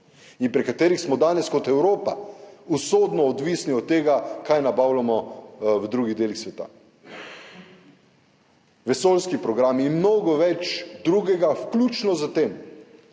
in pri katerih smo danes kot Evropa usodno odvisni od tega, kaj nabavljamo v drugih delih sveta. Vesoljski programi, mnogo več drugega, vključno s tem,